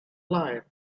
life